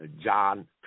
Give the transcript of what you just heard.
John